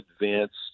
advanced